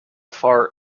far